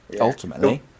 Ultimately